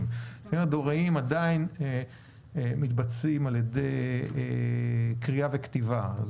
והשירותים הדואריים עדיין מתבצעים על ידי קריאה וכתיבה.